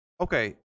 Okay